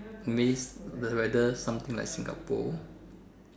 miss the weather something like Singapore